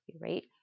right